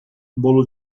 bolo